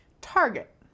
Target